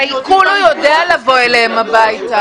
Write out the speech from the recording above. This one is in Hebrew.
בעיקול הוא יודע לבוא אליהם הביתה.